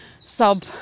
sub